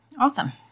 Awesome